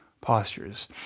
postures